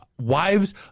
wives